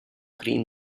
green